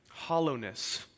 hollowness